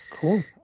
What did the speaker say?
Cool